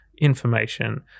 information